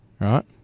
right